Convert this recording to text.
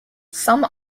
some